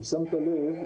אם שמת לב,